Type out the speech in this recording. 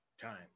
Time